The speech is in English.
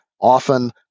often